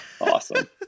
awesome